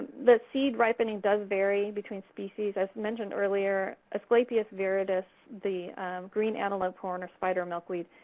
the seed ripening does vary between species, as mentioned earlier. asclepius viridis, the green antelopehorn or spider milkweed,